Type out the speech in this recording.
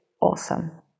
awesome